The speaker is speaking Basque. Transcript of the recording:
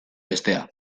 bestea